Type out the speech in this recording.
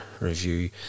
review